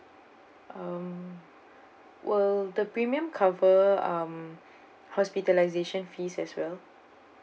um will the premium cover um hospitalization fees as well